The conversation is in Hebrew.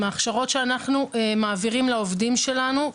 ההכשרות שאנחנו מעבירים לעובדים שלנו,